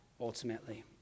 ultimately